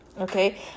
Okay